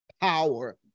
Power